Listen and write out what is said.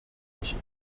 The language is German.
ich